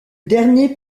dernier